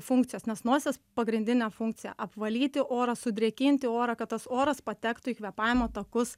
funkcijos nes nosies pagrindinė funkcija apvalyti orą sudrėkinti orą kad tas oras patektų į kvėpavimo takus